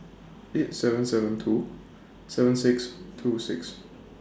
eight seven seven two seven six two six